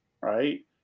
right